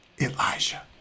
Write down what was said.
Elijah